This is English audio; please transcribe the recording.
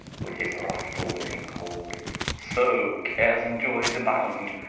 with his wrathfull nipping cold so cares and ioyes abound,